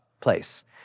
place